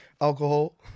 Alcohol